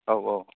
औ औ